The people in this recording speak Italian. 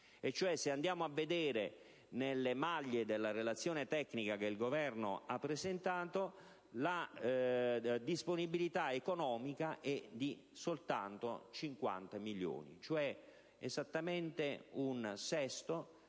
Se andiamo a vedere nelle maglie della relazione tecnica che il Governo ha presentato, la disponibilità economica è di soli 50 milioni di euro, esattamente un sesto